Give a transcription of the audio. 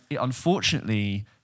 unfortunately